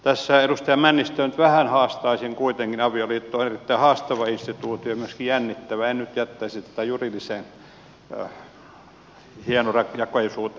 tässä edustaja männistöä nyt vähän haastaisin kuitenkin avioliitto on erittäin haastava instituutio ja myöskin jännittävä en nyt jättäisi tätä juridiseen hienojakoisuuteen